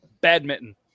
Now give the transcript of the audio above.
badminton